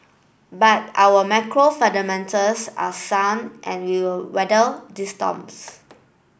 but our macro fundamentals are sound and we will weather these storms